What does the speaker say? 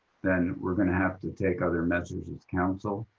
then we're going to have to take other measures as council,